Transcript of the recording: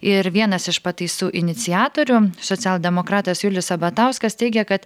ir vienas iš pataisų iniciatorių socialdemokratas julius sabatauskas teigia kad